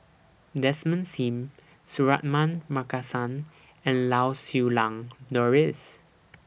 Desmond SIM Suratman Markasan and Lau Siew Lang Doris